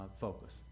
focus